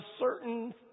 certain